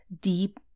deep